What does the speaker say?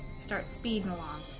start speeding along